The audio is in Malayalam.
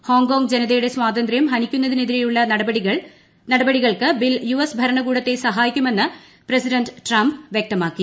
ഹോങ്കോങ് ജനതയുടെ സ്വാതന്ത്യൂര് ഹനിക്കുന്നതിനെതിരെയുള്ള നടപടികൾക്ക് ബിൽ യൂഎസ് ഭരണകൂടത്തെ സഹായിക്കുമെന്ന് പ്രസിഡന്റ് ട്രംപ് വൃക്ത്മാക്കി